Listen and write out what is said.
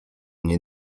nie